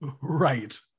right